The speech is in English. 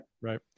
Right